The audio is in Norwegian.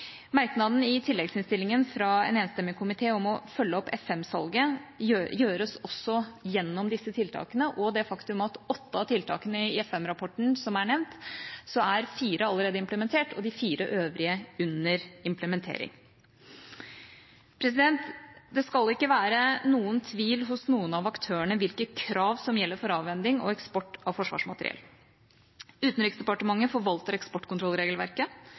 Merknaden i tilleggsinnstillinga fra en enstemmig komité om å følge opp F-5-salget gjøres også gjennom disse tiltakene – og det faktum at av åtte av tiltakene i F-5-rapporten som er nevnt, er fire allerede implementert og de fire øvrige under implementering. Det skal ikke være noen tvil hos noen av aktørene om hvilke krav som gjelder for avhending og eksport av forsvarsmateriell. Utenriksdepartementet forvalter eksportkontrollregelverket,